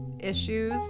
issues